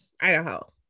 Idaho